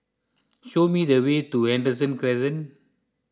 show me the way to Henderson Crescent